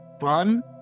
fun